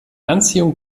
anziehung